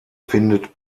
findet